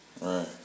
right